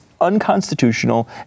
unconstitutional